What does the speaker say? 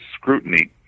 scrutiny